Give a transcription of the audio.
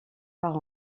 par